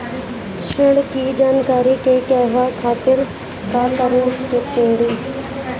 ऋण की जानकारी के कहवा खातिर का करे के पड़ी?